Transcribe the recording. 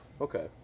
okay